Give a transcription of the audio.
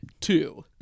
two